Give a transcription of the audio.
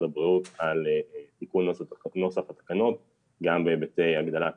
הבריאות על תיקון נוסח התקנות גם בהיבטי הגדלת